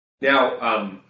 Now